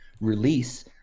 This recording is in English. release